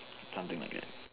something like that